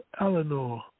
Eleanor